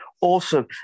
awesome